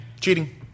Cheating